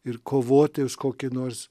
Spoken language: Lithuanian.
ir kovoti už kokį nors